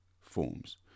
forms